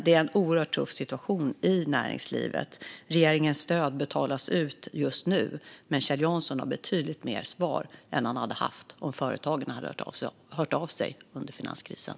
Det är en oerhört tuff situation i näringslivet. Regeringens stöd betalas ut just nu, men Kjell Jansson har betydligt fler svar än han hade haft om företagarna hade hört av sig under finanskrisen.